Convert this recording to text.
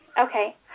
Okay